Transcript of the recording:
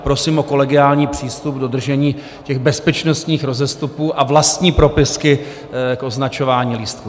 A prosím o kolegiální přístup k dodržení těch bezpečnostních rozestupů a vlastní propisky k označování lístků.